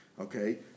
Okay